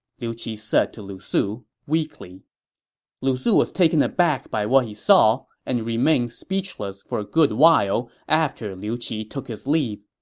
liu qi said to lu su, weakly lu su was taken aback by what he saw, and remained speechless for a good while after liu qi took his leave.